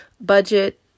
budget